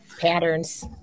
Patterns